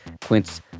Quince